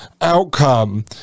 outcome